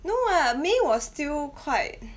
no ah May was still quite